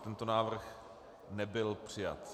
Tento návrh nebyl přijat.